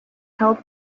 held